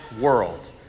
world